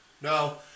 No